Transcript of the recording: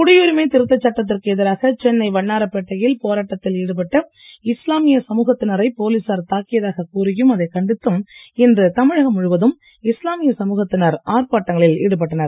குடியுரிமை திருத்தச் சட்டத்திற்கு எதிராக சென்னை வண்ணாரப் பேட்டையில் போராட்டத்தில் ஈடுபட்ட இஸ்லாமிய சமூகத்தினரை போலீசார் தாக்கியதாகக் கூறியும் அதைக் கண்டித்தும் இன்று தமிழகம் முழுவதும் இஸ்லாமிய சமூகத்தினர் ஆர்ப்பாட்டங்களில் ஈடுபட்டனர்